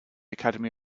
academy